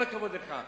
כל הכבוד לך.